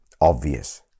obvious